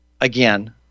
Again